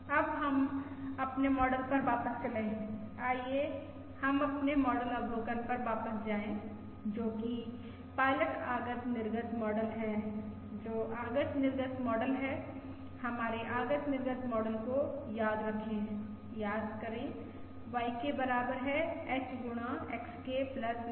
अब हम अपने मॉडल पर वापस चले आइए हम अपने पायलट अवलोकन पर वापस जाएं जो कि पायलट आगत निर्गत मॉडल है जो आगत निर्गत मॉडल है हमारे आगत निर्गत मॉडल को याद रखें याद करें YK बराबर है H गुणा XK VK के